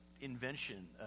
invention